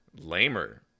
lamer